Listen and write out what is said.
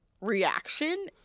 reaction